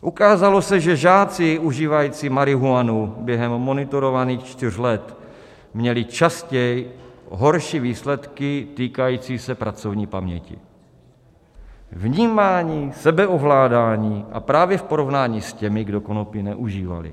Ukázalo se, že žáci užívající marihuanu během monitorovaných čtyř let měli častěji horší výsledky týkající se pracovní paměti vnímání, sebeovládání právě v porovnání s těmi, kdo konopí neužívali.